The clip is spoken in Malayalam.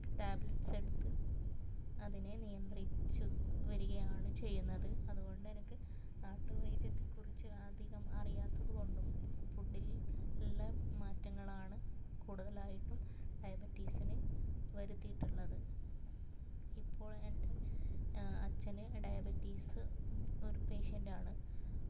ടാബ്ലെറ്റ്സ് എടുത്ത് അതിനെ നിയന്ത്രിച്ചു വരികയാണ് ചെയ്യുന്നത് അതുകൊണ്ട് എനിക്ക് നാട്ടുവൈദ്യത്തെക്കുറിച്ച് അധികം അറിയാത്തത് കൊണ്ടും ഫുഡിൽ ഉള്ള മാറ്റങ്ങളാണ് കൂടുതലായിട്ടും ഡയബറ്റീസിന് വരുത്തീട്ടുള്ളത് ഇപ്പോൾ എൻ്റെ അച്ഛന് ഡയബറ്റിസ് ഒരു പേഷ്യൻറ്റാണ്